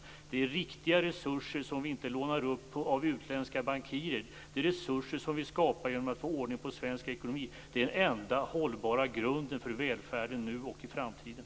Det handlar om riktiga resurser som vi inte lånar upp av utländska bankirer. Det är resurser som vi skapar genom att få ordning på svensk ekonomi. Det är den enda hållbara grunden för välfärden nu och i framtiden.